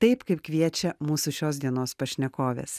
taip kaip kviečia mūsų šios dienos pašnekovės